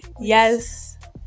Yes